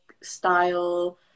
style